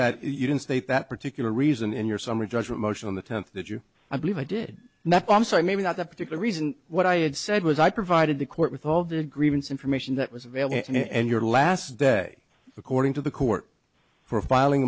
that you didn't state that particular reason in your summary judgment motion on the tenth that you i believe i did not promise i maybe not the particular reason what i had said was i provided the court with all the grievance information that was available and your last day according to the court for filing